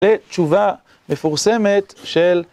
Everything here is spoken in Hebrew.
זה תשובה מפורסמת של